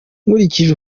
nkurikije